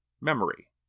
memory